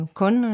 con